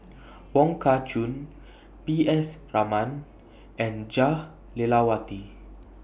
Wong Kah Chun P S Raman and Jah Lelawati